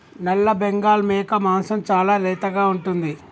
నల్లబెంగాల్ మేక మాంసం చాలా లేతగా ఉంటుంది